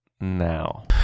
now